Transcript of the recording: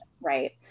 right